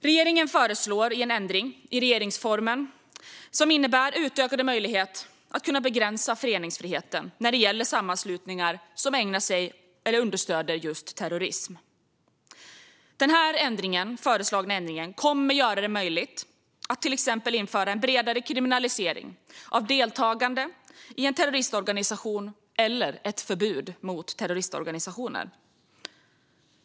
Regeringen föreslår en ändring i regeringsformen som innebär utökade möjligheter att begränsa föreningsfriheten när det gäller sammanslutningar som ägnar sig åt eller understöder terrorism. Den föreslagna ändringen kommer att göra det möjligt att till exempel införa en bredare kriminalisering av deltagande i en terroristorganisation eller ett förbud mot terroristorganisationer.